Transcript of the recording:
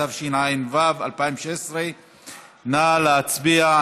התשע"ו 2016. נא להצביע.